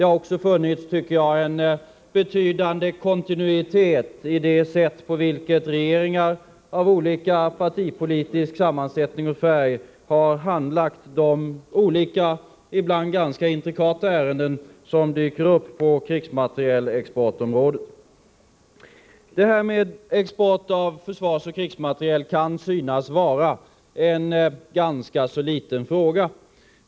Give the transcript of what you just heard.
Jag tycker att det också har funnits en betydande kontinuitet i det sätt på vilket regeringar av olika partipolitisk sammansättning och färg har handlagt de ibland ganska intrikata ärenden som kan förekomma på krigsmaterielexportområdet. Export av försvarsoch krigsmateriel kan synas vara en ganska liten fråga.